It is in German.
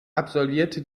absolvierte